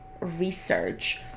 research